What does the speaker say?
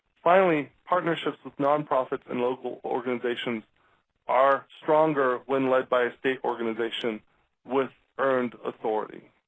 finally, partnerships with nonprofits and local organizations are stronger when led by a state organization with earned authority.